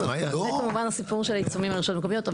וכמובן הסיפור של העיצומים על רשויות מקומיות.